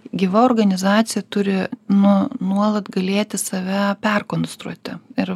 gyva organizacija turi nu nuolat galėti save perkonstruoti ir